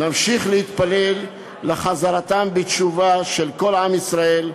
נמשיך להתפלל לחזרתם בתשובה של כל עם ישראל,